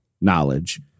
knowledge